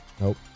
Nope